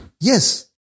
Yes